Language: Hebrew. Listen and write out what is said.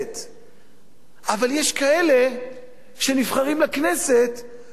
אבל יש כאלה שנבחרים לכנסת ואם הם לא נהיים מייד שרים,